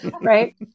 right